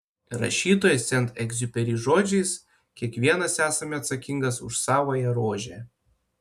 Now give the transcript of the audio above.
rašytojo sent egziuperi žodžiais kiekvienas esame atsakingas už savąją rožę